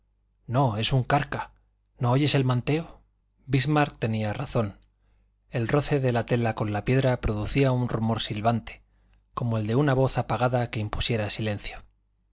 no es un carca no oyes el manteo bismarck tenía razón el roce de la tela con la piedra producía un rumor silbante como el de una voz apagada que impusiera silencio